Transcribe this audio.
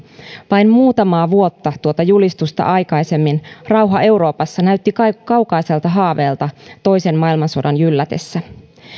vain muutamaa vuotta tuota julistusta aikaisemmin rauha euroopassa näytti kaukaiselta haaveelta toisen maailmansodan jyllätessä